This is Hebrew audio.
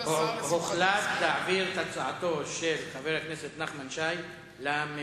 הוחלט להעביר את הצעתו של חבר הכנסת נחמן שי למליאה.